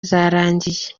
zarangiye